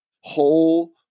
Whole